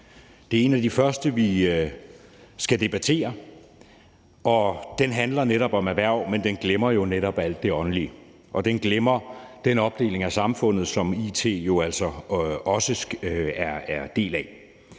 Det er en af de første, vi skal debattere, og den handler om erhverv, men den glemmer jo netop alt det åndelige, og den glemmer den opdeling af samfundet, som it altså også er en del af.